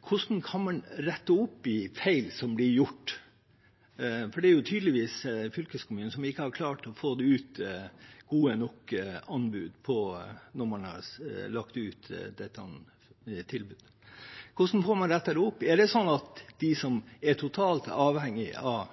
Hvordan kan man rette opp feil som blir gjort? Tydeligvis har ikke fylkeskommunen klart å få ut gode nok anbud når man har lagt ut dette tilbudet. Hvordan får man rettet det opp? Er det sånn at de som er totalt avhengig av